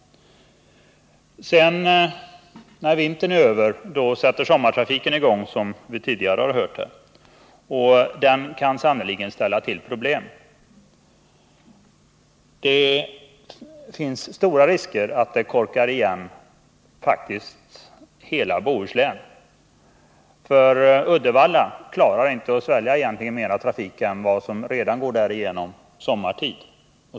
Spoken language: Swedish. När vintern är över sätter sommartrafiken i gång, som det tidigare har påpekats här, och den kan sannerligen ställa till problem. Det finns faktiskt stora risker att hela Bohuslän korkas igen, för Uddevalla klarar inte att svälja mera trafik än vad som redan går därigenom sommartid.